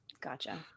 Gotcha